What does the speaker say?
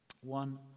One